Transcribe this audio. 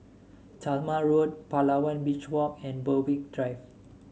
Talma Road Palawan Beach Walk and Berwick Drive